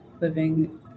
living